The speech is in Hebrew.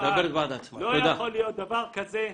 לא יכול שדבר כזה יקרה.